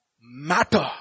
matter